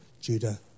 Judah